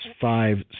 five